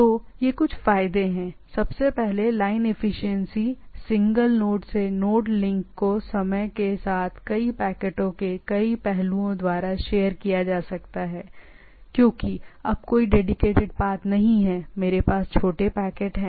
तो यह कुछ फायदे हैं सबसे पहले लाइन एफिशिएंसी सिंगल नोड से नोड लिंक को समय के साथ कई पैकेटों के कई पहलुओं द्वारा शेयर किया जा सकता है क्योंकि अब कोई डेडीकेटेड पाथ नहीं है मेरे पास छोटे पैकेट हैं